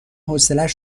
حوصلش